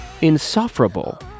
insufferable